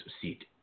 seat